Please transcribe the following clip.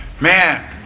man